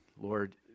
Lord